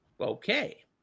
Okay